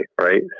right